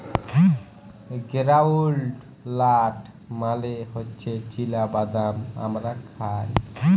গেরাউলড লাট মালে হছে চিলা বাদাম আমরা খায়